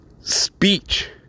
speech